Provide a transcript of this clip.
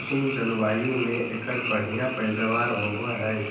उष्ण जलवायु मे एकर बढ़िया पैदावार होबो हय